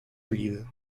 olive